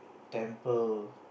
temple